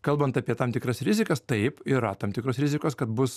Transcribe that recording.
kalbant apie tam tikras rizikas taip yra tam tikros rizikos kad bus